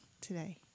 today